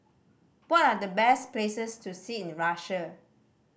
what are the best places to see in Russia